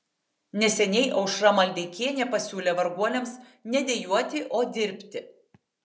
neseniai aušra maldeikienė pasiūlė varguoliams ne dejuoti o dirbti